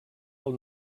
del